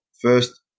first